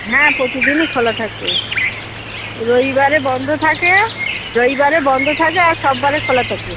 হ্যাঁ প্রতিদিনই খোলা থাকে রবিবারে বন্ধ থাকে রবিবারে বন্ধ থাকে আর সব বারে খোলা থাকে